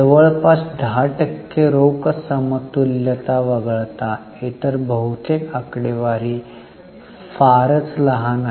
जवळपास १० टक्के रोख समतुल्यता वगळता इतर बहुतेक आकडेवारी फारच लहान आहेत